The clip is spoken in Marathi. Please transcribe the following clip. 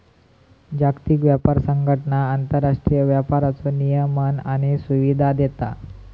जागतिक व्यापार संघटना आंतरराष्ट्रीय व्यापाराचो नियमन आणि सुविधा देता